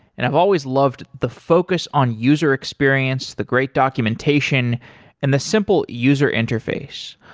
and i've always loved the focus on user experience, the great documentation and the simple user interface.